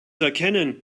erkennen